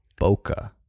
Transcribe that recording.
bokeh